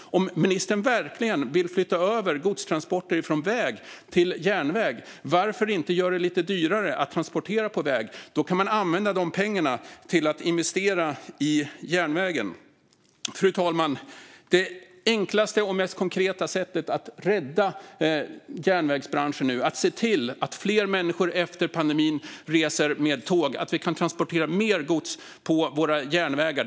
Om ministern verkligen vill flytta över godstransporter från väg till järnväg, varför inte göra det lite dyrare att transportera på väg? Då kan man använda de pengarna till att investera i järnvägen. Fru talman! Det enklaste och mest konkreta sättet att rädda järnvägsbranschen är att se till att fler människor reser med tåg efter pandemin och att vi kan transportera mer gods på våra järnvägar.